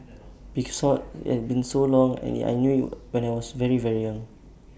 because IT had been so long and I knew IT when I was very very young